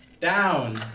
down